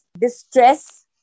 distress